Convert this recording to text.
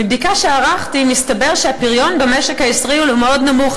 מבדיקה שערכתי מסתבר שהפריון במשק הישראלי הוא מאוד נמוך,